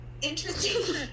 Interesting